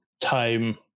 time